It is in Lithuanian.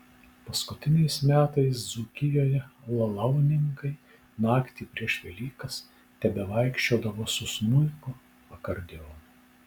paskutiniais metais dzūkijoje lalauninkai naktį prieš velykas tebevaikščiodavo su smuiku akordeonu